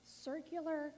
circular